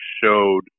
showed